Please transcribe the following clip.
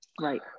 Right